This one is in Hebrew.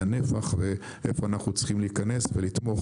הנפח ואיפה אנחנו צריכים להיכנס ולתמוך